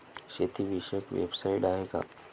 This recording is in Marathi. शेतीविषयक वेबसाइट आहे का?